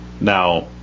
Now